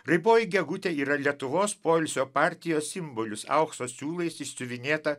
raiboji gegutė yra lietuvos poilsio partijos simbolis aukso siūlais išsiuvinėta